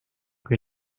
que